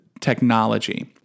technology